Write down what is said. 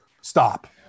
stop